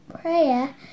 Prayer